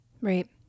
Right